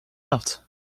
left